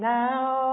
now